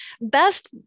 Best